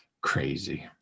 crazy